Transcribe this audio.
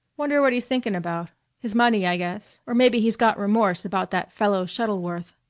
wonder what he's thinking about his money, i guess, or maybe he's got remorse about that fellow shuttleworth.